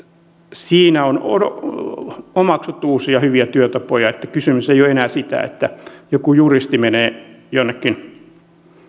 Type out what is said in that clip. siinä on omaksuttu uusia hyviä työtapoja niin että kysymys ei ole enää siitä että joku juristi menee jonnekin